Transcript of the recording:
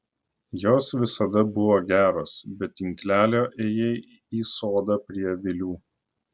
jos visada buvo geros be tinklelio ėjai į sodą prie avilių